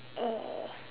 uh